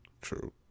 True